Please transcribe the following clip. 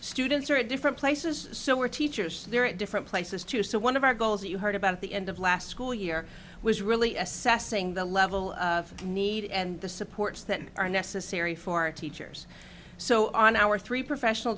students are at different places so we're teachers there at different places too so one of our goals you heard about the end of last school year was really assessing the level of need and the supports that are necessary for teachers so on our three professional